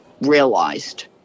realized